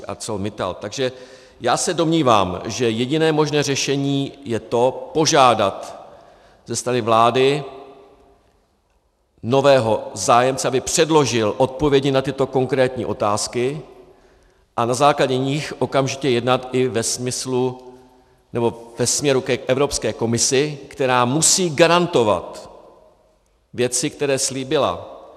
Já se domnívám, že jediné možné řešení je požádat ze strany vlády nového zájemce, aby předložil odpovědi na tyto konkrétní otázky, a na základě nich okamžitě jednat i ve smyslu nebo ve směru k Evropské komisi, která musí garantovat věci, které slíbila.